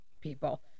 people